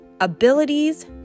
abilities